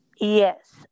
Yes